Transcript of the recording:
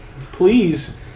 please